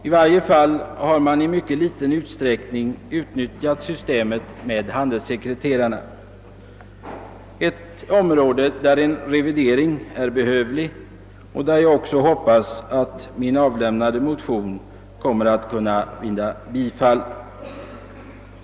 I varje fall har man i mycket liten utsträckning utnyttjat systemet med handelssekreterare — ett område där en revidering är behövlig och där jag också hoppas att den av mig väckta motionen kommer att kunna vinna bifall.